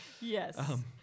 Yes